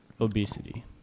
Obesity